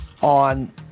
on